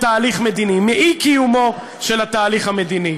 של תהליך מדיני, מאי-קיומו של התהליך המדיני.